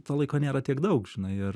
to laiko nėra tiek daug žinai ir